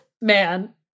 man